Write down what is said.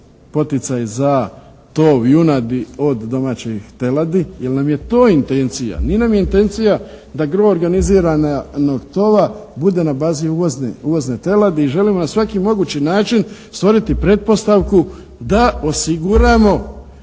poticaj za tov junadi od domaćih teladi jer nam je to intencija. Nije nam intencija da …/Govornik se ne razumije./… bude na bazi uvozne teladi i želimo na svaki mogući način stvoriti pretpostavku da osiguramo